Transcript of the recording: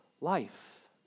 life